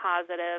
positive